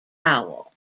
owl